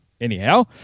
anyhow